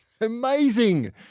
Amazing